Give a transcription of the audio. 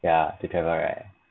ya to travel right